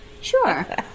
Sure